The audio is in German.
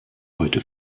heute